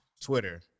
Twitter